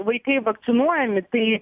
vaikai vakcinuojami tai